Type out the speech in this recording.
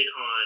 on